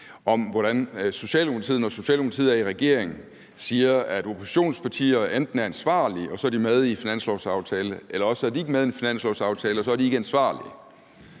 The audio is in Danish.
om, hvordan Socialdemokratiet, når Socialdemokratiet er i regering, siger, at oppositionspartier enten er ansvarlige, og så er de med i en finanslovaftale, eller også er de ikke med i en finanslovsaftale, og så er de ikke ansvarlige,